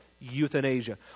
euthanasia